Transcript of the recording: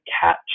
catch